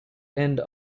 end